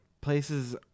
places